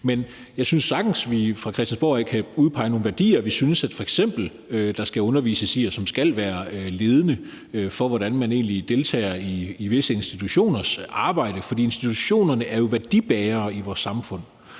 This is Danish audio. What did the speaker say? Men jeg synes sagtens, at vi fra Christiansborg af kan udpege nogle værdier, som vi synes der f.eks. skal undervises i, og som skal være ledende for, hvordan man egentlig deltager i visse institutioners arbejde. For institutionerne er jo værdibærere i vores samfund,